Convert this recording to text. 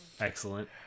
excellent